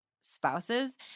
spouses